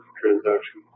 transaction